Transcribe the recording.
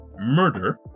murder